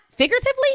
Figuratively